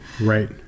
right